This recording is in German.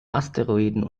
asteroiden